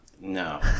no